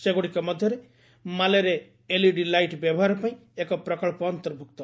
ସେଗୁଡ଼ିକ ମଧ୍ୟରେ ମାଲେରେ ଏଲ୍ଇଡି ଲାଇଟ୍ ବ୍ୟବହାର ପାଇଁ ଏକ ପ୍ରକଳ୍ପ ଅନ୍ତର୍ଭୁକ୍ତ